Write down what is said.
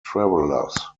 travelers